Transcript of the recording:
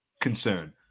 concern